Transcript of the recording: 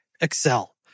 Excel